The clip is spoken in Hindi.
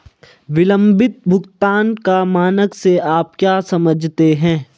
विलंबित भुगतान का मानक से आप क्या समझते हैं?